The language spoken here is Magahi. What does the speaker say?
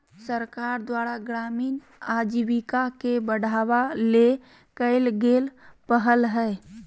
सरकार द्वारा ग्रामीण आजीविका के बढ़ावा ले कइल गेल पहल हइ